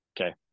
Okay